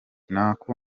nako